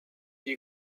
die